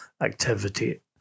activity